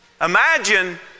Imagine